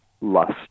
lust